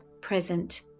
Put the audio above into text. present